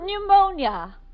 Pneumonia